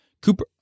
Cooper